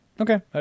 Okay